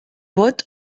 vot